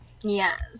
yes